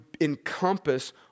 encompass